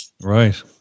Right